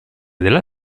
della